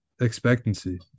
expectancy